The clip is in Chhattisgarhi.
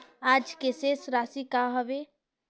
आज के शेष राशि का हवे?